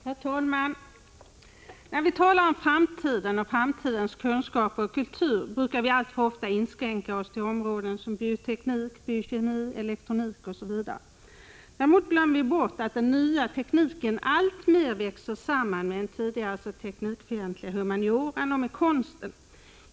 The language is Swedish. Herr talman! När vi talar om framtiden och framtidens kunskaper och kultur, brukar vi alltför ofta inskränka oss till områden som bioteknik, biokemi, elektronik osv. Däremot glömmer vi bort att den nya tekniken alltmer växer samman med den tidigare så teknikfientliga humanioran och med konsten.